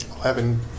Eleven